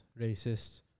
racist